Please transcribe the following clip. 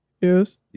yes